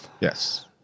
Yes